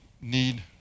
need